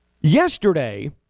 yesterday